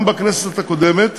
גם בכנסת הקודמת